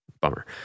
bummer